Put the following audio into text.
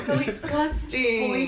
disgusting